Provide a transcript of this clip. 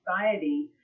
society